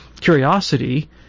curiosity